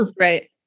right